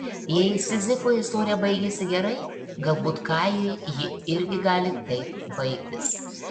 jei sizifui istorija baigėsi gerai galbūt kajui ji irgi gali taip baigtis